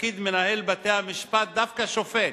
לתפקיד מנהל בתי-המשפט דווקא שופט,